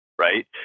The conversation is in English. Right